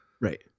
Right